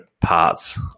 parts